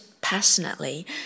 passionately